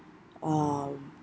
um